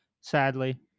sadly